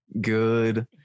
Good